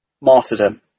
martyrdom